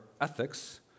ethics